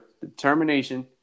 determination